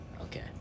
Okay